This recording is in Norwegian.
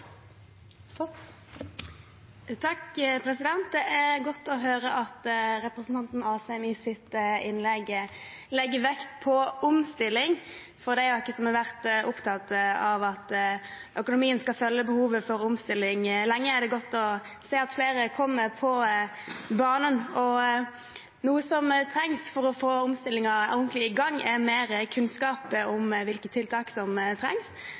oss som lenge har vært opptatt av at økonomien skal følge behovet for omstilling, er det godt å se at flere kommer på banen, og det som er nødvendig for å få omstillingen ordentlig i gang, er mer kunnskap om hvilke tiltak som trengs.